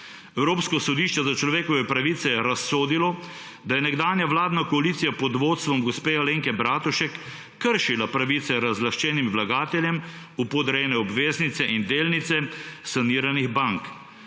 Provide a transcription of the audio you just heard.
Evropsko sodišče za človekove pravice je razsodilo, da je nekdanja vladna koalicija pod vodstvom gospe Alenke Bratušek kršila pravice razlaščenim vlagateljem v podrejene obveznice in delnice saniranih bank.